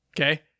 Okay